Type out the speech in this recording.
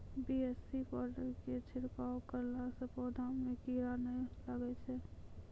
BAC powder के छिड़काव करला से पौधा मे कीड़ा नैय लागै छै?